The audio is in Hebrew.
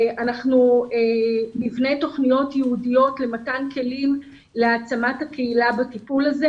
אנחנו נבנה תוכניות ייעודיות למתן כלים להעצמת הקהילה בטיפול הזה.